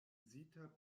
uzita